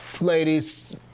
Ladies